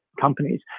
companies